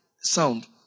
sound